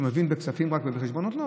שהוא מבין בכספים ובחשבונות?